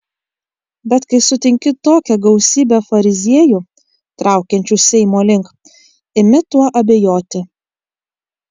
bet kai sutinki tokią gausybę fariziejų traukiančių seimo link imi tuo abejoti